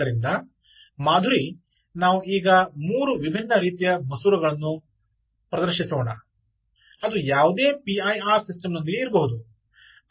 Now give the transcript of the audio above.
ಆದ್ದರಿಂದ ಮಾಧುರಿ ನಾವು ಈಗ ಮೂರು ವಿಭಿನ್ನ ರೀತಿಯ ಮಸೂರಗಳನ್ನು ಪ್ರದರ್ಶಿಸೋಣ ಅದು ಯಾವುದೇ ಪಿಐಆರ್ ಸಿಸ್ಟಮ್ನೊಂದಿಗೆ ಇರಬಹುದು